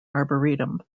arboretum